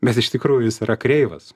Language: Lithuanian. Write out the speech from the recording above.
bet iš tikrųjų jis yra kreivas